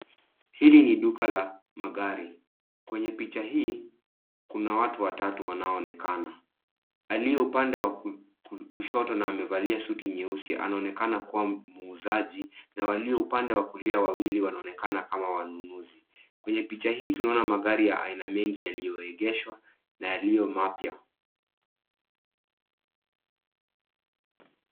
Hili ni duka la magari. Kwenye picha hii kuna watu watatu wanaoonekana. Aliye upande wa kushoto na amevalia suti nyeusi anaonekana kuwa muuzaji na walio upande wa kulia wawili wanaonekana kama wanunuzi. Kwenye picha hii tunaona magari ya aina mingi yaliyoegeshwa na yaliyo mapya.